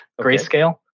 Grayscale